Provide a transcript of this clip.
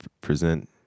present